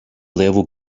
level